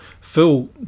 Phil